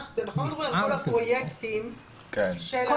--- מול כל הפרויקטים של --- מתחם כזה,